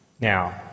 Now